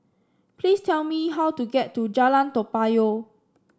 please tell me how to get to Jalan Toa Payoh